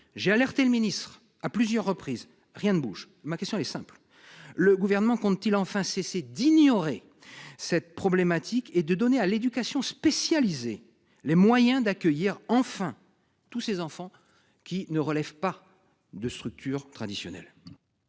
J'ai alerté le ministre à plusieurs reprises, rien ne bouge. Ma question est simple, le gouvernement compte-t-il enfin cesser d'ignorer cette problématique et de donner à l'éducation spécialisée. Les moyens d'accueillir enfin tous ces enfants qui ne relèvent pas de structure traditionnelle.